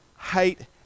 hate